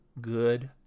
good